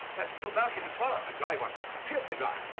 that's too bulky to swallow. and dry, watson, cheerfully dry.